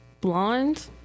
Blonde